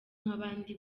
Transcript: nk’abandi